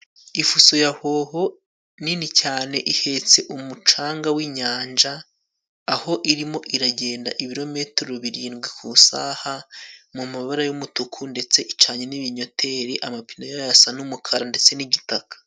Ifuso ya hoho nini cyane ihetse umucanga w'inyanja aho irimo iragenda ibirometero birindwi ku isaha mu mabara y'umutuku ndetse icanye n'ibinyoteri, amapine yayo asa n'umukara ndetse n'igitaka.